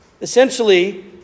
essentially